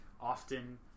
often